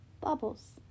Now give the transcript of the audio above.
Bubbles